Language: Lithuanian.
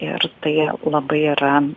ir tai labai yra